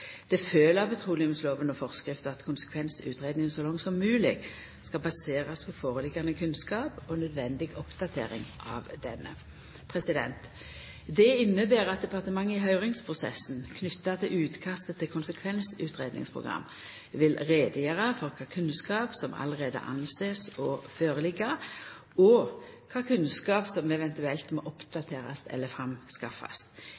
Det følgjer av petroleumslova og -forskrifta at konsekvensutgreiinga så langt som mogleg skal baserast på kunnskap som ligg føre, og nødvendig oppdatering av denne. Det inneber at departementet i høyringsprosessen knytt til utkastet til konsekvensutgreiingsprogram vil greia ut om kva kunnskap som allereie ligg føre, og kva kunnskap som eventuelt må